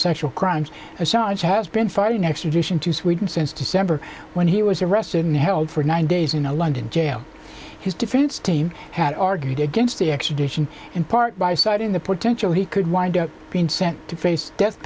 sexual crimes and science has been fighting extradition to sweden since december when he was arrested and held for nine days in a london jail his defense team had argued against the extradition in part by citing the potential he could wind up being sent to face death